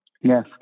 Yes